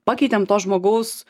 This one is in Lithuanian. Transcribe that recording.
pakeitėm to žmogaus